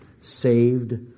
Saved